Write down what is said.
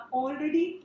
already